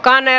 anne